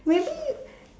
maybe